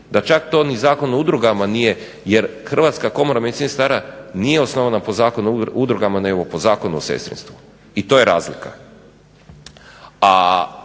da čak to ni Zakon o udrugama nije, jer Hrvatska komora medicinskih sestara nije osnovana po Zakonu o udrugama, nego po Zakonu o sestrinstvu, i to je razlika.